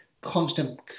constant